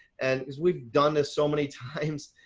and as we've done this so many times,